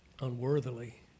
unworthily